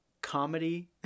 comedy